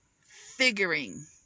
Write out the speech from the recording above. figuring